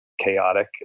chaotic